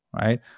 right